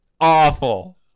Awful